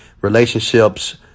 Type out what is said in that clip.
relationships